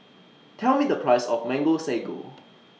Tell Me The Price of Mango Sago